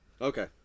Okay